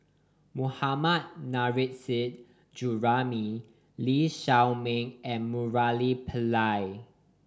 Mohammad Nurrasyid Juraimi Lee Shao Meng and Murali Pillai